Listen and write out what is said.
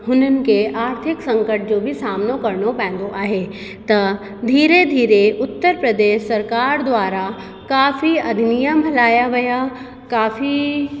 हुननि खे आर्थिक संकट जो बि सामनो करणो पईंदो आहे त धीरे धीरे उत्तर प्रदेश सरकार द्वारा काफ़ी अधिनियम हलाए विया काफ़ी